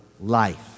life